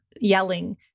yelling